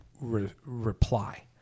reply